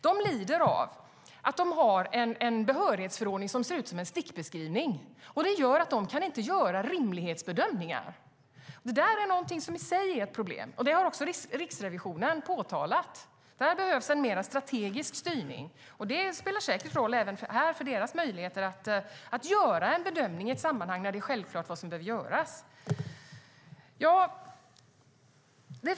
De lider av att de har en behörighetsförordning som ser ut som en stickbeskrivning. Det gör att de inte kan göra rimlighetsbedömningar. Det där är någonting som i sig är ett problem, och det har även Riksrevisionen påtalat. Där behövs mer strategisk styrning. Det spelar säkert roll för deras möjligheter att göra en bedömning i ett sammanhang där det självklart behöver göras.